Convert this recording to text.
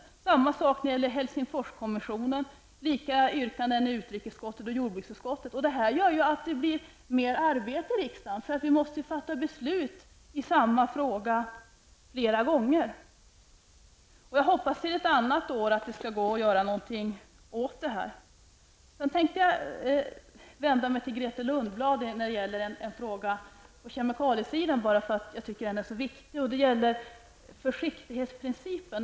Detsamma gäller Helsingforskommissionen med likalydande yrkanden i utrikesutskottet och i jordbruksutskottet. Detta gör att det blir mer arbete för riksdagen. Vi måste fatta beslut i samma fråga flera gånger. Jag hoppas att det till ett annat år skall kunna gå att göra någonting åt detta. Sedan tänkte jag vända mig till Grethe Lundblad när det gäller en fråga på kemikaliesidan. Jag tycker att den är så viktig. Det gäller försiktighetsprincipen.